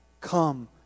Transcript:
Come